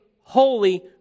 holy